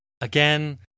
again